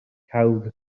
cawg